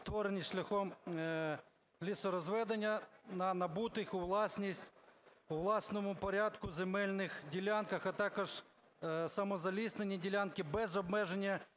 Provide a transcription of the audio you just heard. створені шляхом лісорозведення, на набутих у власність у встановленому порядку земельних ділянках, а також самозаліснені ділянки, без обмеження